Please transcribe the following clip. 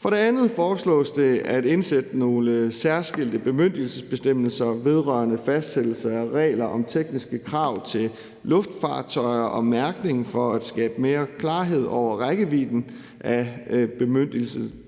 For det andet foreslås det at indsætte nogle særskilte bemyndigelsesbestemmelser vedrørende fastsættelse af regler om tekniske krav til luftfartøjer og mærkning for at skabe mere klarhed over rækkevidden af bemyndigelserne. Der er